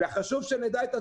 חשוב שנדע את הדברים.